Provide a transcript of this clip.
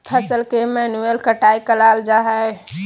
फसल के मैन्युअल कटाय कराल जा हइ